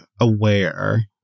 aware